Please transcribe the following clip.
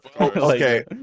Okay